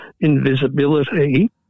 invisibility